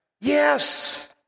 Yes